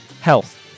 Health